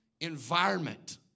environment